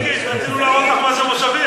את קיבוצניקית, רצינו להראות לך מה זה מושבים.